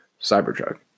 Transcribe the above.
Cybertruck